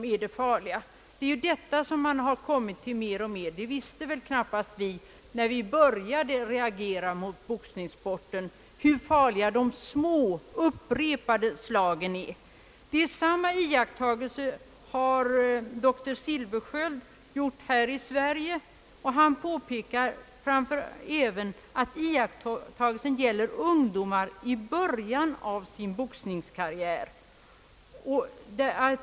När vi började reagera mot boxningssporten visste vi väl knappast hur farliga just de upprepade slagen är, men man har mer och mer kommit till insikt om detta. Den iakttagelsen har här i Sverige gjorts av bl.a. doktor Silfverskiöld, som även påpekar att den gäller ungdomar i början av sin boxningskarriär.